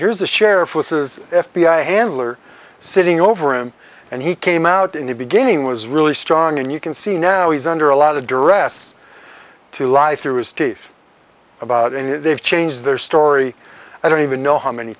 here's the sheriff with the f b i handler sitting over him and he came out in the beginning was really strong and you can see now he's under a lot of duress to lie through his teeth about and they've changed their story i don't even know how many